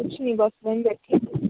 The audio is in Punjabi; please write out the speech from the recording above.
ਕੁਛ ਨਹੀਂ ਬਸ ਮੈਂ ਵੀ ਬੈਠੀ ਸੀ